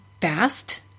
fast